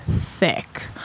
Thick